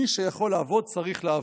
מי שיכול לעבוד, צריך לעבוד.